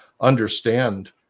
understand